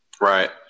right